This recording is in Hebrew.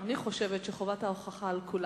אני חושבת שחובת ההוכחה על כולנו.